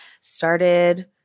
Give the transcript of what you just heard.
Started